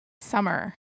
summer